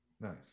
nice